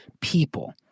people